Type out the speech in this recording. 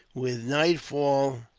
with nightfall